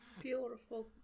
Beautiful